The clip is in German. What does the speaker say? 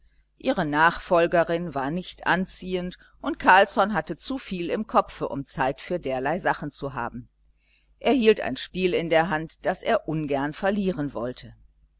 ihre nachfolgerin war nicht anziehend und carlsson hatte zu viel im kopfe um zeit für dergleichen sachen zu haben er hielt ein spiel in der hand das er ungern verlieren wollte